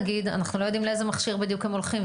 נגיד אנחנו לא יודעים לאיזה מכשיר בדיוק הם הולכים,